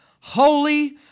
holy